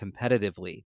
competitively